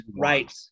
right